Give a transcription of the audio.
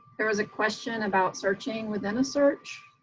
there is a question about searching within a search.